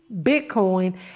Bitcoin